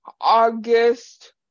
August